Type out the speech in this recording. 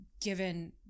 given